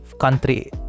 country